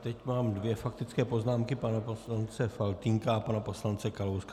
Teď mám dvě faktické poznámky pana poslance Faltýnka a pana poslance Kalouska.